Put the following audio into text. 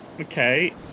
Okay